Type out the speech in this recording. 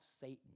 Satan